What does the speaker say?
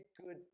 good